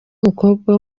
mukobwa